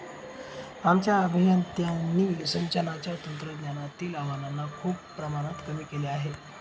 आमच्या अभियंत्यांनी सिंचनाच्या तंत्रज्ञानातील आव्हानांना खूप प्रमाणात कमी केले आहे